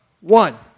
one